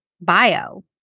bio